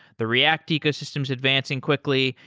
the react ecosystem is advancing quickly.